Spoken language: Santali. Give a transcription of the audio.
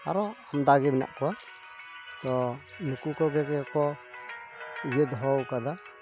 ᱟᱨᱚ ᱟᱢᱫᱟ ᱜᱮ ᱢᱮᱱᱟᱜ ᱠᱚᱣᱟ ᱛᱚ ᱱᱩᱠᱩ ᱠᱚᱜᱮ ᱠᱚ ᱤᱭᱟᱹ ᱫᱚᱦᱚ ᱟᱠᱟᱫᱟ